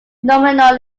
nominal